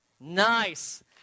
Nice